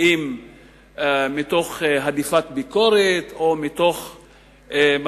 האם מתוך הדיפת ביקורת או מתוך מתן,